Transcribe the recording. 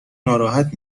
ناراحت